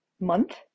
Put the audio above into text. month